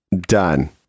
done